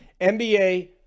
NBA